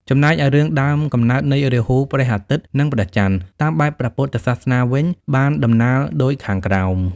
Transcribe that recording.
ចំណែកឯរឿងដើមកំណើតនៃរាហូ ព្រះអាទិត្យ និងព្រះចន្ទ (តាមបែបព្រះពុទ្ធសាសនា)វិញបានតំណាល់ដូចខាងក្រោម។